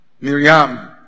Miriam